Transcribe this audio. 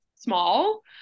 small